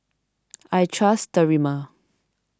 I trust Sterimar